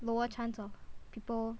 lower chance of people